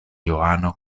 johano